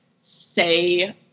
say